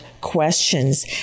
questions